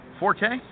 4K